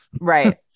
Right